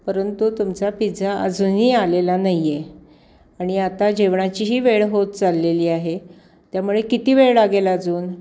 परंतु तुमचा पिझ्झा अजूनही आलेला नाही आहे आणि आता जेवणाचीही वेळ होत चाललेली आहे त्यामुळे किती वेळ लागेल अजून